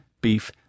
beef